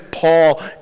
Paul